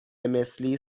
مثلی